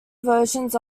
versions